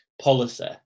policy